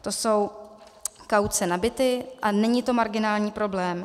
To jsou kauce na byty a není to marginální problém.